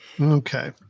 Okay